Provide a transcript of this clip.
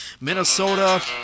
Minnesota